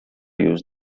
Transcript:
use